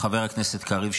חבר הכנסת קריב,